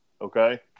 Okay